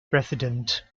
president